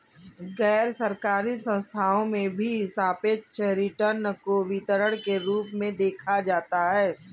गैरसरकारी संस्थाओं में भी सापेक्ष रिटर्न को वितरण के रूप में रखा जाता है